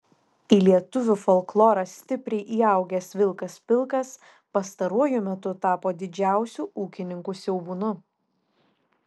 į lietuvių folklorą stipriai įaugęs vilkas pilkas pastaruoju metu tapo didžiausiu ūkininkų siaubūnu